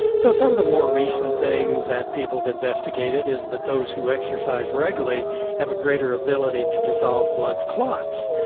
so one of the more recent things that people have investigated is that those who exercise regularly have a greater ability to dissolve blood clots,